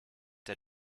der